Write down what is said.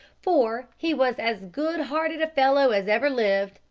for he was as good-hearted a fellow as ever lived,